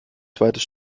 zweites